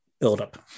buildup